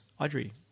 audrey